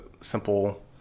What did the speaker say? simple